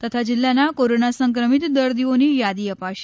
તથા જિલ્લાના કોરોના સંક્રમિત દર્દીઓની યાદી અપાશે